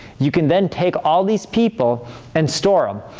you can then take all these people and store um